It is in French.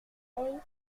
aille